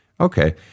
Okay